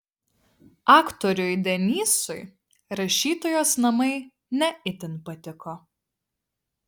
aktoriui denysui rašytojos namai ne itin patiko